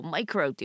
Micro